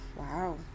Wow